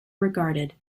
regarded